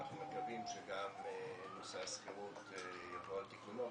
אנחנו מקווים שגם נושא השכירות יבוא על תיקונו,